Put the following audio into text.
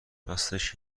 راستش